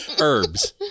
Herbs